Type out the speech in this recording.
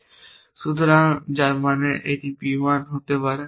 সুতরাং যার মানে এই p 1 হতে পারে না